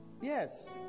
Yes